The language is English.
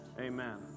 Amen